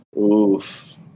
Oof